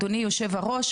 אדוני היו"ר,